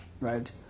right